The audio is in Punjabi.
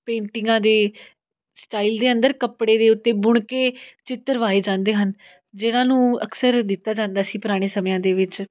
ਪੇਂਟਿੰਗਾਂ ਦੇ ਸਟਾਈਲ ਦੇ ਅੰਦਰ ਕੱਪੜੇ ਦੇ ਉੱਤੇ ਬੁਣ ਕੇ ਚਿੱਤਰ ਵਾਹੇ ਜਾਂਦੇ ਹਨ ਜਿਹਨਾਂ ਨੂੰ ਅਕਸਰ ਦਿੱਤਾ ਜਾਂਦਾ ਸੀ ਪੁਰਾਣੇ ਸਮਿਆਂ ਦੇ ਵਿੱਚ